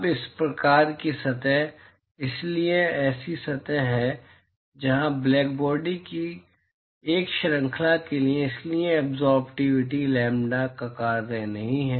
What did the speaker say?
अब इस प्रकार की सतहें इसलिए ऐसी सतहें हैं जहां लैम्ब्डा की एक श्रृंखला के लिए इसलिए एब्ज़ोर्बटिविटी लैम्ब्डा का कार्य नहीं है